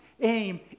aim